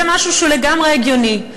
זה משהו שהוא לגמרי הגיוני,